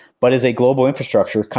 but is a global infrastructure,